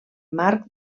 marc